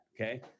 okay